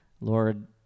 Lord